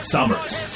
Summers